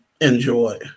enjoy